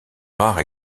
rare